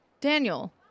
Daniel